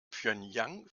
pjöngjang